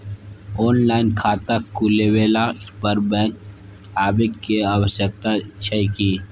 Online खाता खुलवैला पर बैंक आबै के आवश्यकता छै की?